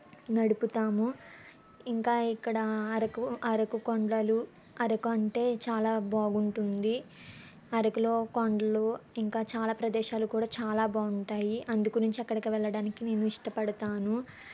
గడుపుతాము ఇంకా ఇక్కడ అరకు అరకు కొండలు అరకు అంటే చాలా బాగుంటుంది అరకులో కొండలు ఇంకా చాలా ప్రదేశాలు కూడా చాలా బాగుంటాయి అందు గురించి అక్కడికి వెళ్ళడానికి నేను ఇష్టపడతాను